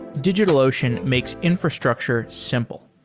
digitalocean makes infrastructure simple.